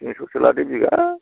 थिन्छ'सो लादो बिघा